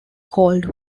cold